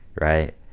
right